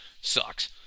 sucks